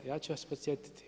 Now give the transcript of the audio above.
Ja ću vas podsjetiti.